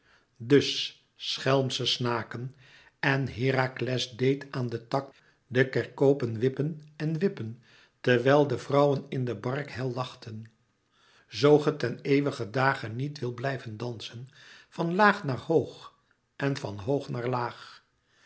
dus schelmsche snaken en herakles deed aan den tak de kerkopen wippen en wippen terwijl de vrouwen in de bark hel lachten zoo ge ten eeuwigen dage niet wilt blijven dansen van laag naar hoog en van hoog naar laag